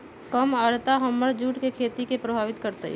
कम आद्रता हमर जुट के खेती के प्रभावित कारतै?